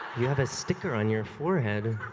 you have a sticker on your forehead.